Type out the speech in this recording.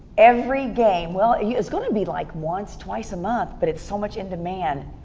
every game, well, it's gonna be like once, twice a month, but it's so much in demand,